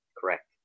Correct